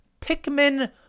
Pikmin